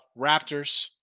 Raptors